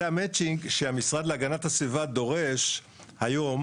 זה המצ'ינג שהמשרד להגנת הסביבה דורש היום